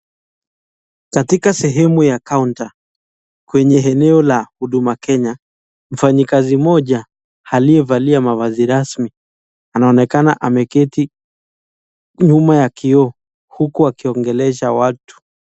Katika sehemu ya counter , kwenye eneo la huduma Kenya, mfanyikazi mmoja aliyevalia mavazi rasmi, anaoenakana ameketi nyuma ya kioo huku akiongelesha watu.